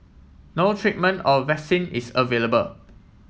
no treatment or vaccine is available